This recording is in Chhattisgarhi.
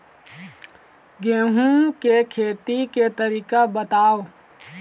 गेहूं के खेती के तरीका बताव?